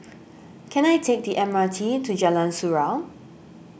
can I take the M R T to Jalan Surau